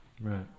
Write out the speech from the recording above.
Right